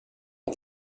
que